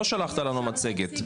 לא שלחת לנו מצגת.